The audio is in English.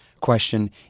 question